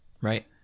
Right